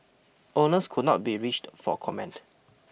owners could not be reached for comment